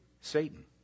Satan